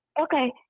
Okay